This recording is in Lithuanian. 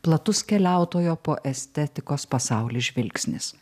platus keliautojo po estetikos pasaulį žvilgsnis